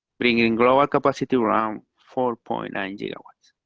bringing lower capacity around four point nine gigawatts.